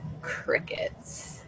crickets